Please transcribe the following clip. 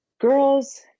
girls